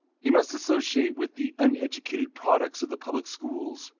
he must associate with the uneducated products of the public schools,